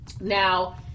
Now